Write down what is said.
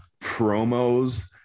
promos